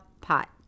pot